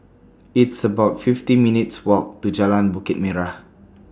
It's about fifty minutes' Walk to Jalan Bukit Merah